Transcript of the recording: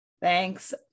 thanks